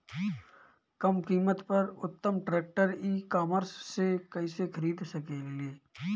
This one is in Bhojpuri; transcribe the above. कम कीमत पर उत्तम ट्रैक्टर ई कॉमर्स से कइसे खरीद सकिले?